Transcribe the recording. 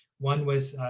one was,